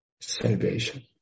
salvation